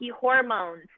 hormones